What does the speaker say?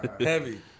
Heavy